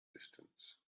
distance